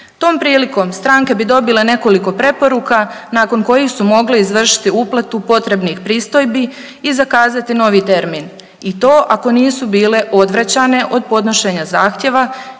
Tom prilikom stranke bi dobile nekoliko preporuka nakon kojih su mogle izvršiti uplatu potrebnih pristojbi i zakazati novi termin i to ako nisu bile odvraćanje od podnošenja zahtjeva